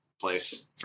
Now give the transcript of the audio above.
place